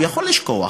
הוא יכול לשכוח.